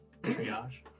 triage